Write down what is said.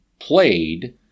played